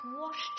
washed